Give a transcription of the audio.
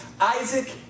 Isaac